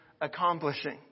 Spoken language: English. accomplishing